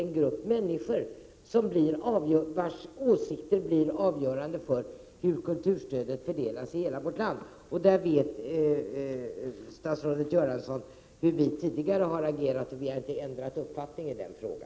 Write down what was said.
Några få människors åsikter blir avgörande för hur kulturstödet fördelas över hela vårt land. Statsrådet Göransson vet hur vi tidigare har agerat, och vi har inte ändrat uppfattning i denna fråga.